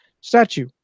statue